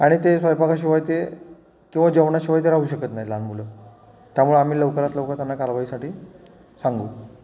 आणि ते स्वयंपाकाशिवाय ते किंवा जेवणाशिवाय ते राहू शकत नाहीत लहान मुलं त्यामुळे आम्ही लवकरात लवकर त्यांना कारवाईसाठी सांगू